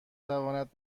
تواند